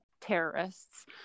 terrorists